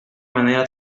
manera